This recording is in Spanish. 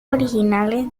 originales